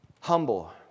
humble